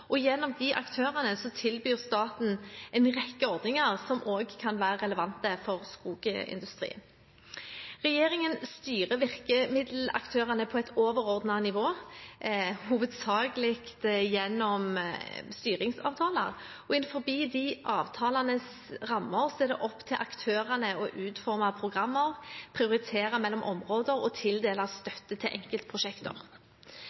Gjennom disse aktørene tilbyr staten en rekke ordninger som også kan være relevante for skogindustrien. Regjeringen styrer virkemiddelapparatet på et overordnet nivå, hovedsakelig gjennom styringsavtalene, og innenfor disse avtalenes rammer er det opp til aktørene å utforme programmer, prioritere mellom områder og tildele